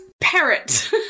parrot